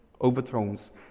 overtones